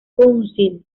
council